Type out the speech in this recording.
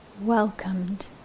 Welcomed